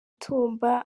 tumba